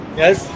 yes